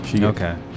Okay